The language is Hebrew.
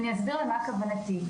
ואני אסביר למה כוונתי.